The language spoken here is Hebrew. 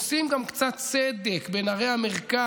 עושים גם קצת צדק בין ערי המרכז.